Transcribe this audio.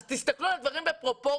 אז תסתכלו על הדברים בפרופורציה.